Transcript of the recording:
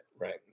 right